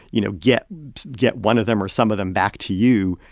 you know, get get one of them or some of them back to you.